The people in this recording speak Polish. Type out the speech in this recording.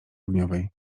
ogniowej